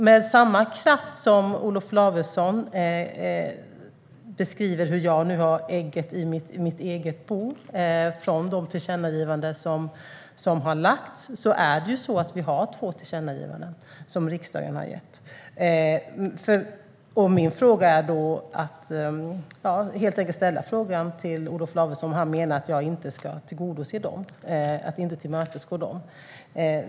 Med kraft beskriver Olof Lavesson hur jag nu har ägget i mitt eget bo från de två tillkännagivanden som riksdagen har gjort. Min fråga till Olof Lavesson är helt enkelt om han menar att jag inte ska tillmötesgå dem.